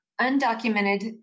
undocumented